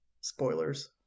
spoilers